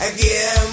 Again